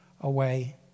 away